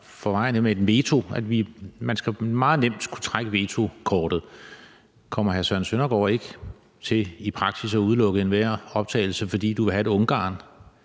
for dagen, nemlig et veto, altså at man meget nemt skal kunne trække vetokortet, kommer hr. Søren Søndergaard ikke i praksis så til at udelukke enhver optagelse, fordi du vil have et Ungarn,